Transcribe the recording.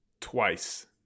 twice